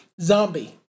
Zombie